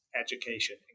education